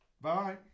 bye